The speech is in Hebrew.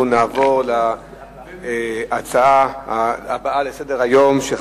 נעבור להצעה הבאה לסדר-היום, מס'